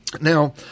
Now